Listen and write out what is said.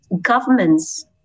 Governments